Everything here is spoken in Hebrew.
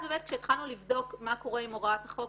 כשהתחלנו לבדוק מה קורה עם הוראת החוק